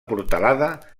portalada